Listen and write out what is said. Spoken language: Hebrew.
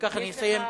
ובכך אני אסיים, יש לך